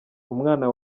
umwana